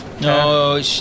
No